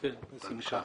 בשמחה.